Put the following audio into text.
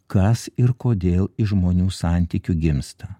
kas ir kodėl iš žmonių santykių gimsta